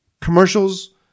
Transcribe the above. Commercials